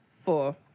four